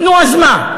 נו, אז מה?